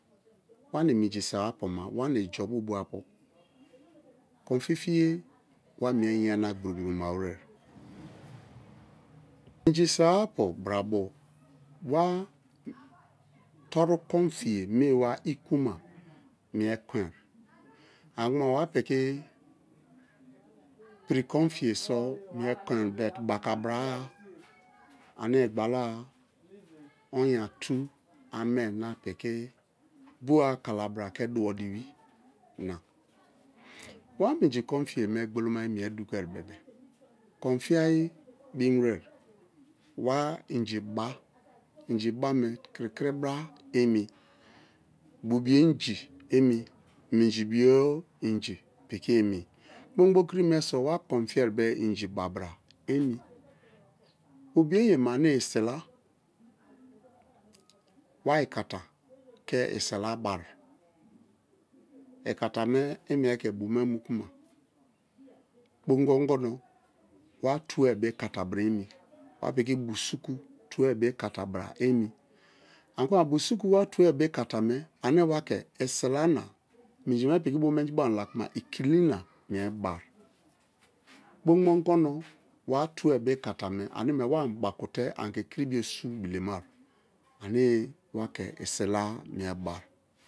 Wami̱ni̱ mi̱nji̱ se̱ apuma wami̱ni ijaw bo boa-pu, kon fifiye wa mie yana gbro-gbro ma were. Mi̱nji̱ se wa pu brabo wa to̱ru kon fiye me wa ikuma mie kon anikuma wa pi̱ki̱ pi̱ri̱ kon fiye so mie but bakabra-a ane gbala onya tu ane na piki bowa kalabara ke duwo diwi. Wa minji kon fiyeme gbolomaye mie dukobebe-e, kon fiayi bi̱mwe̱re̱. Wa inji ba, inji ba me krikri bra emi, bu bio inji emii minji bio inji piki emi, kpongbo kiri me so wa kon fiye inji ba bra emi. Bu bio yeme ane isila, wa ikata ke isila bai, ikata me i mie ke bu̱ me mu̱ku̱ma kpon gbo ogono wa tue be ikata bra emi wa piki bu su̱ku̱ tue bo̱ ikata bra emi. Anikuma bu suku wa tue bo ikata me ane wake̱ isila na, minjime pi̱ki̱ menji bo ani lakuma ikili na mie bai kpongbo ongono wa tu̱e bo ikata me̱ aneme wa ani baku̱te̱ ani ke̱ kiribo su bile̱mari ane wake̱ isila mie bakue̱.